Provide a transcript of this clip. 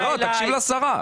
תקשיב לשרה.